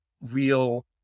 real